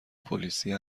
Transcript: پلیسی